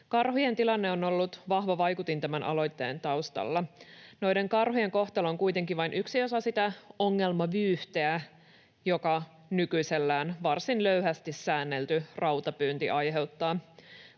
Karhujen tilanne on ollut vahva vaikutin tämän aloitteen taustalla — noiden karhujen kohtalo on kuitenkin vain yksi osa sitä ongelmavyyhteä, jonka nykyisellään varsin löyhästi säännelty rautapyynti aiheuttaa.